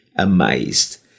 amazed